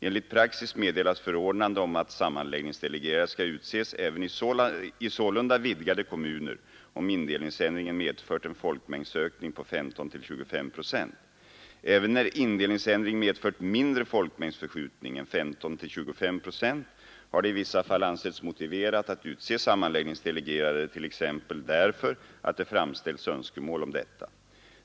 Enligt praxis meddelas förordnande om att sammanläggningsdelegerade skall utses även i sålunda vidgade kommuner om indelningsändringen medfört en folkmängdsökning på 15—25 procent. Även när indelningsändringen medfört mindre folkmängdsförskjutning än 15—25 procent har det i vissa fall ansetts motiverat att utse sammanläggningsdelegerade t.ex. därför att det framställts önskemål om detta.